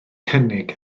cynnig